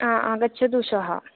आगच्छतु श्वः